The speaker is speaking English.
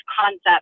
concept